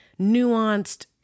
nuanced